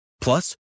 Plus